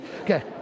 Okay